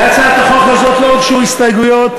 להצעת החוק הזאת לא הוגשו הסתייגויות,